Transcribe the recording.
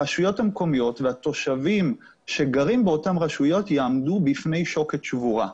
הרשויות המקומיות והתושבים שגרים באותן רשויות יעמדו בפני שוקת שבורה.